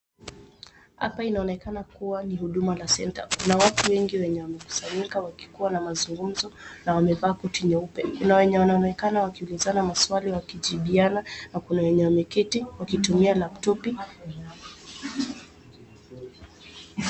Hapa inaonekana kuwa ni huduma la center, kuna watu wengi wenye wamekusanyika wakikuwa na mazungumzo na wamevaa koti nyeupe. Kuna wenye wanaonekana wakiulizana maswali wakijibiana na kuna wenye wameketi wakitumia laptopi.